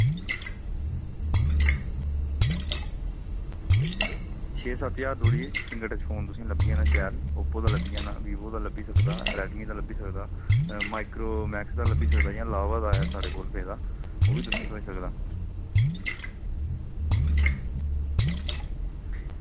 छे सत्त ज्हार धोड़ी फिंगर टच फोन तुसेंगी लब्भी जाना शैल ओप्पो दा लब्भी जाना वीवो दा लब्भी सकदा रेडमी दा लब्भी सकदा माइक्रोमैक्स दा लब्भी सकदा इ'यां लावा दा ऐ साढ़े कोल पेदा ओह् बी तुसेंगी थ्होई सकदा